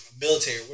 Military